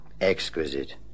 Exquisite